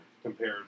Compared